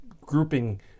grouping